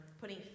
putting